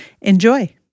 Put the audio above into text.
Enjoy